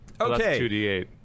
Okay